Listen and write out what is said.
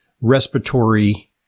respiratory